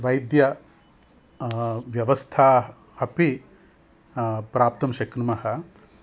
वैद्य व्यवस्थाम् अपि प्राप्तुं शक्नुमः